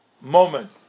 moment